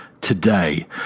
Today